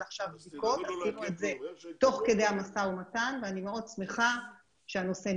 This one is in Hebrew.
עשינו את זה תוך כדי המשא ומתן ואני מאוד שמחה שהנושא נפתר.